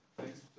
Thanks